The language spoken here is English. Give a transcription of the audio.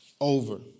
over